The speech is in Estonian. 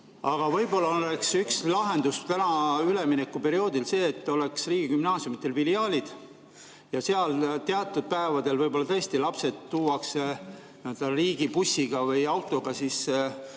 Aga võib-olla oleks üks lahendus üleminekuperioodil see, et oleks riigigümnaasiumidel filiaalid ja seal siis teatud päevadel võib-olla tõesti lapsed tuuakse riigi bussiga või autoga